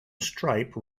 stripe